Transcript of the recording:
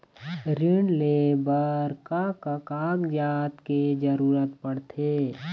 ऋण ले बर का का कागजात के जरूरत पड़थे?